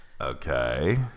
Okay